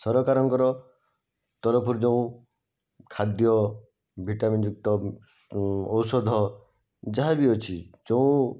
ସରକାରଙ୍କର ତରଫରୁ ଯେଉଁ ଖାଦ୍ୟ ଭିଟାମିନ୍ ଯୁକ୍ତ ଔଷଧ ଯାହାବି ଅଛି ଯେଉଁ